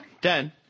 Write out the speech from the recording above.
Dan